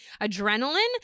adrenaline